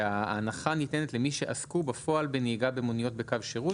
שההנחה ניתנת למי שעסקו בפועל בנהיגה במוניות בקו שירות